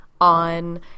on